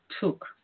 took